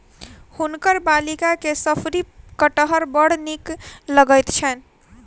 हुनकर बालिका के शफरी कटहर बड़ नीक लगैत छैन